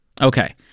Okay